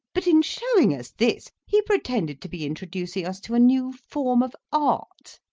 but in showing us this, he pretended to be introducing us to a new form of art,